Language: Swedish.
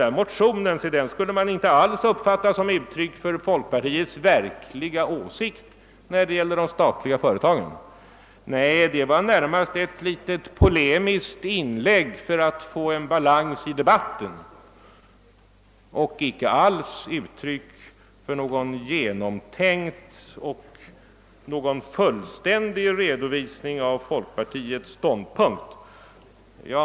Den motionen skulle man inte alls uppfatta som uttryck för folkpartiets verkliga åsikt om de statliga företagen, nej, den var närmast ett polemiskt inlägg för att få balans i debatten och icke alls uttryck för någon genomtänkt och fullständig redovisning av folkpartiets ståndpunkt.